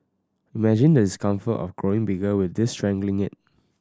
imagine the discomfort of growing bigger with this strangling it